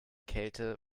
kälte